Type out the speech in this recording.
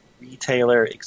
retailer